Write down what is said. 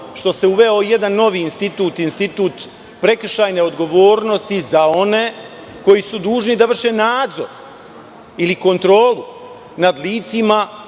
što se uveo jedan novi institut, institutu prekršajne odgovornosti za one koji su dužni da vrše nadzor ili kontrolu nad licima